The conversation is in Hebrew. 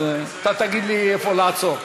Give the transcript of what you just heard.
אתה תגיד לי איפה לעצור.